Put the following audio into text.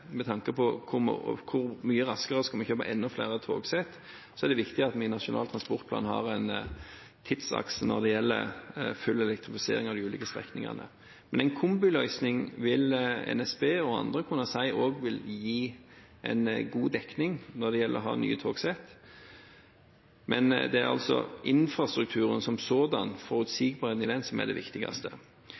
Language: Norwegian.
skal kjøpe enda flere togsett, viktig at vi i Nasjonal transportplan har en tidsakse når det gjelder full elektrifisering av de ulike strekningene. Men en kombiløsning vil NSB og andre kunne si at også vil gi en god dekning når det gjelder å ha nye togsett, men det er altså infrastrukturen som sådan, forutsigbarheten i den, som er det viktigste.